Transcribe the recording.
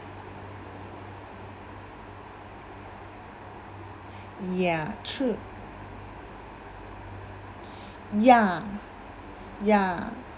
ya true ya ya